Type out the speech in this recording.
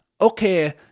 okay